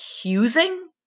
accusing